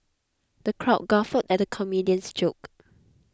the crowd guffawed at the comedian's jokes